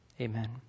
amen